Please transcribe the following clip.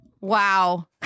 Wow